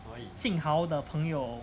jing hao 的朋友